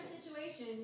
situation